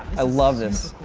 i love this